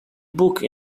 book